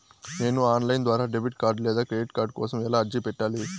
నేను online ద్వారా debit card లేదా క్రెడిట్ కార్డు కోసం ఎలా అర్జీ పెట్టాలి?